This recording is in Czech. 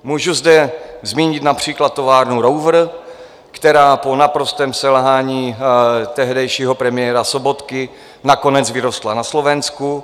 Můžu zde zmínit například továrnu Rover, která po naprostém selhání tehdejšího premiéra Sobotky nakonec vyrostla na Slovensku.